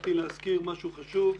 שכחתי להזכיר משהו חשוב.